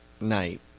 night